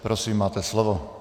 Prosím, máte slovo.